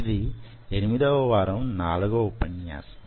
ఇది 8వ వారం 4వ ఉపన్యాసం